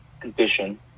condition